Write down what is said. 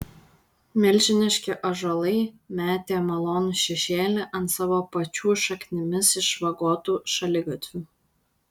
milžiniški ąžuolai metė malonų šešėlį ant savo pačių šaknimis išvagotų šaligatvių